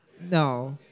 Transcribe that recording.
No